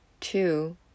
two